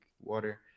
water